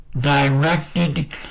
directed